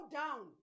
down